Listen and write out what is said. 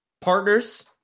partners